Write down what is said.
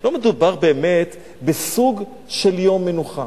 לא מדובר באמת בסוג של יום מנוחה.